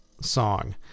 song